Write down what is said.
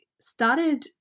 started